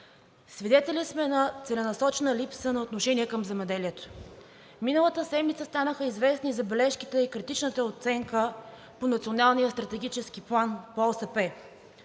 Свидетели сме на целенасочена липса на отношение към земеделието. Миналата седмица станаха известни забележките и критичната оценка по Националния стратегически план по ОСП.